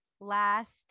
last